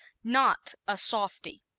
not a softie